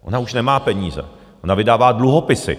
Ona už nemá peníze, ona vydává dluhopisy.